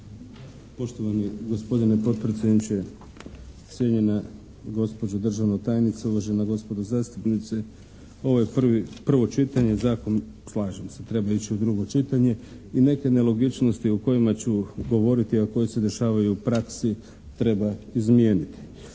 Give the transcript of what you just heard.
Poštovani gospodine potpredsjedniče, cijenjena gospođo državna tajnice, uvažena gospodo zastupnici. Ovo je prvi, prvo čitanje, Zakon slažem se, treba ići u drugo čitanje. I neke nelogičnosti o kojima ću govoriti a koje se dešavaju u praksi treba izmijeniti.